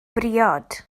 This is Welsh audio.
briod